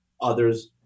others